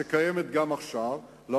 שגם עכשיו יש,